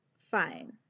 fine